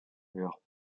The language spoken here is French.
leurs